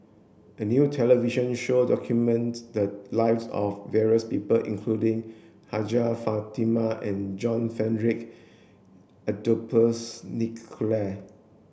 a new television show documents the lives of various people including Hajjah Fatimah and John Frederick Adolphus McNair